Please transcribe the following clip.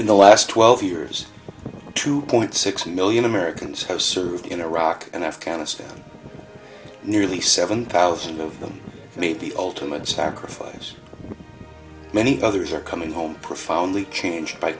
in the last twelve years two point six million americans have served in iraq and afghanistan nearly seven thousand of them made the ultimate sacrifice many others are coming home profoundly changed by